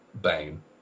Bane